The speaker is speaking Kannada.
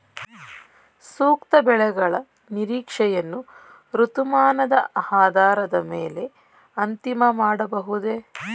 ಸೂಕ್ತ ಬೆಳೆಗಳ ನಿರೀಕ್ಷೆಯನ್ನು ಋತುಮಾನದ ಆಧಾರದ ಮೇಲೆ ಅಂತಿಮ ಮಾಡಬಹುದೇ?